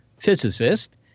Physicist